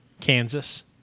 Kansas